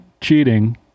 cheating